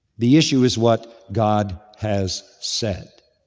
the issue is what god has said.